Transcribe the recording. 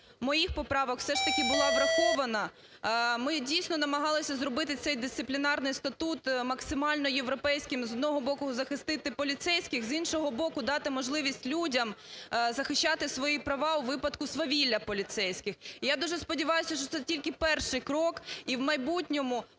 моїх поправок все ж таки була врахована. Ми, дійсно, намагалися зробити цей Дисциплінарний статут максимально європейським, з одного боку, захистити поліцейських, з іншого боку, дати можливість людям захищати свої права у випадку свавілля поліцейських. І я дуже сподіваюся, що це тільки перший крок, і в майбутньому